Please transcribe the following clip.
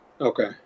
Okay